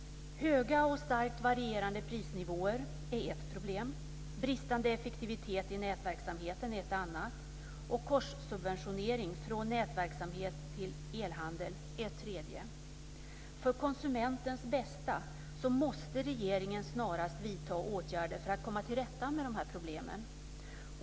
Höga och starkt varierande prisnivåer är ett problem, bristande effektivitet i nätverksamheten är ett annat och korssubventionering från nätverksamhet till elhandel är ett tredje. För konsumentens bästa måste regeringen snarast vidta åtgärder för att komma till rätta med de här problemen.